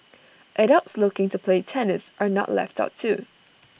adults looking to play tennis are not left out too